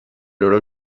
loro